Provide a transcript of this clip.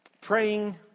Praying